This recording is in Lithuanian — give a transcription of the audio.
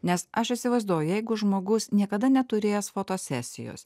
nes aš įsivaizduoju jeigu žmogus niekada neturėjęs fotosesijos